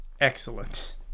Excellent